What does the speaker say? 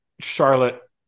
Charlotte